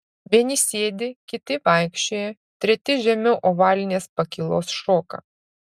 vieni sėdi kiti vaikščioja treti žemiau ovalinės pakylos šoka